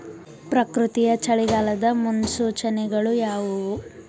ಪ್ರಕೃತಿಯ ಚಳಿಗಾಲದ ಮುನ್ಸೂಚನೆಗಳು ಯಾವುವು?